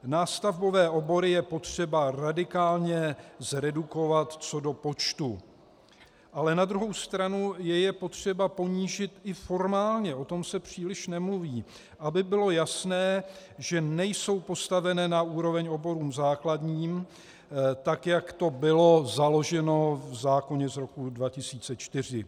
Nástavbové obory je potřeba radikálně zredukovat co do počtu, ale na druhou stranu je je potřeba ponížit i formálně, o tom se příliš nemluví, aby bylo jasné, že nejsou postaveny na úroveň oborům základním, tak jak to bylo založeno v zákoně z roku 2004.